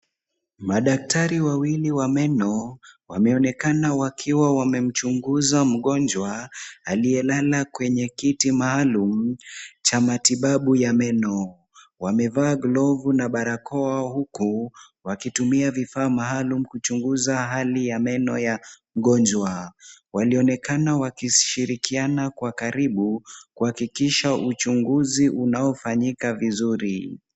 Madaktari wawili wa meno wameonekana wakiwa wamemchunguza mgonjwa, aliyelala kwenye kiti maalum cha matibabu ya meno. Wamevaa glove na barakoa, huku wakitumia vifaa maalum, kuchunguza hali ya meno ya mgonjwa. Walionekana wakishirikiana kwa karibu, kuhakikisha uchunguzi unaofanyika vizuri.